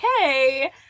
okay